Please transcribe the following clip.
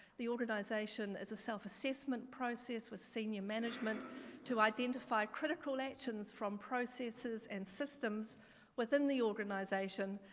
the organization is a self-assessment process with seeing new management to identify critical collections from processes and systems within the organization.